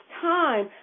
time